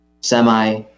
semi